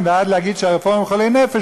מכאן ועד להגיד שהרפורמים חולי נפש,